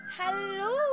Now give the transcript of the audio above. Hello